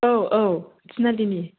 औ औ थिनालि नि